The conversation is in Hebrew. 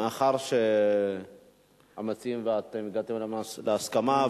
מאחר שהמציעים ואתם הגעתם להסכמה,